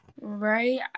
Right